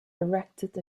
erected